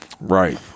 Right